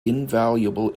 invaluable